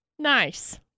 nice